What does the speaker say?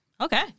okay